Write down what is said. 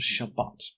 Shabbat